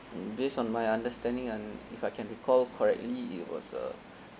based on my understanding and if I can recall correctly it was a